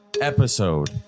episode